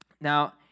Now